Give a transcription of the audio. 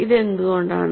ഇതെന്തുകൊണ്ടാണ്